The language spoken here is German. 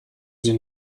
sie